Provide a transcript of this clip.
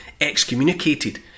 excommunicated